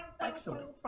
Excellent